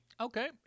Okay